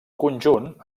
conjunt